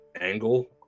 angle